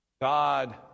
God